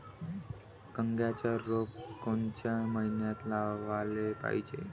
कांद्याचं रोप कोनच्या मइन्यात लावाले पायजे?